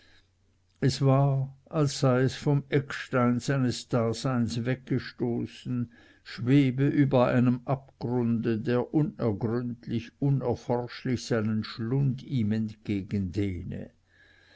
es war als sei es vom eckstein seines daseins weggestoßen schwebe über einem abgrunde der unergründlich unerforschlich seinen schlund ihm